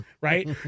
right